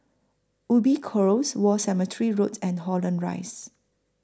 Ubi Close War Cemetery Road and Holland Rise